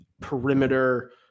perimeter